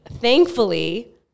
thankfully